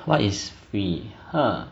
what is free ha